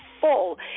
full